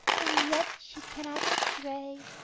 and yet she cannot stray,